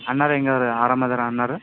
ಅಣ್ಣಾವ್ರು ಹೇಗವ್ರೆ ಆರಾಮ ಅದಾರಾ ಅಣ್ಣಾವರು